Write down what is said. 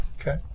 Okay